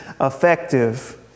effective